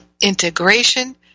integration